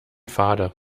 fade